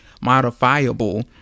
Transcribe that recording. modifiable